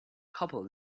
couple